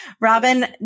Robin